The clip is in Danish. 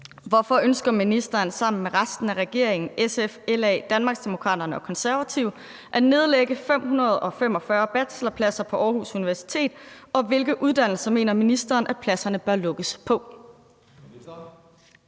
Hvorfor ønsker ministeren sammen med resten af regeringen, SF, LA, Danmarksdemokraterne og Konservative at nedlægge 545 bachelorpladser på Aarhus Universitet, og hvilke uddannelser mener ministeren at pladserne bør lukkes på?